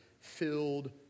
filled